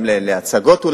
אולי להצגות,